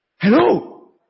Hello